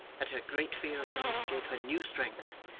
that her great fear of him gave her new strength,